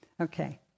Okay